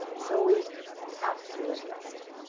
so we have to address it.